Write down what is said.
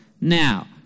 Now